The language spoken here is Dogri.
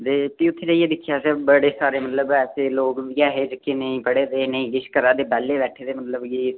दे भी उत्थै जाइयै दिक्खेआ अ'सें बड़े सारे मतलब ऐसे लोक बी है हे जेह्के नेईं पढ़े दे नेईं किश करा दे बैह्ले बैठे दे मतलब कि